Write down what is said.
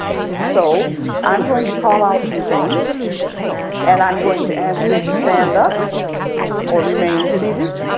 so i'm going to call out some things and i'm going to ask you to stand up or remain seated.